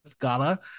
gala